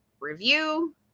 review